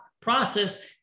process